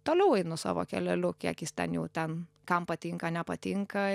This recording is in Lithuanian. toliau einu savo keleliu kiek jis ten jau ten kam patinka nepatinka